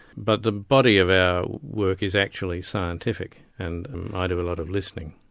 but the body of our work is actually scientific, and i do a lot of listening.